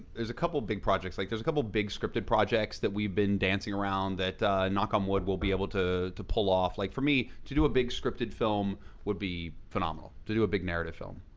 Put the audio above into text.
there's a couple big projects, like there's a couple big scripted projects that we've been dancing around, that knock on wood we'll be able to to pull off. like for me, to do a big scripted film would be phenomenal. to do a big narrative film.